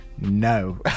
No